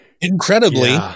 Incredibly